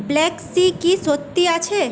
black Sea কি সত্যি আছে